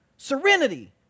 Serenity